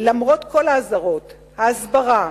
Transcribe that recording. למרות כל האזהרות וההסברה,